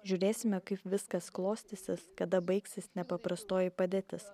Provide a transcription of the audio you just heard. žiūrėsime kaip viskas klostysis kada baigsis nepaprastoji padėtis